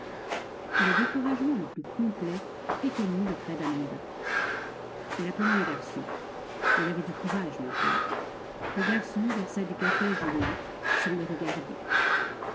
le découragement le plus complet éteignit les traits d'amanda elle appela un garçon elle avait du courage maintenant le garçon versa du café à julien sans le regarder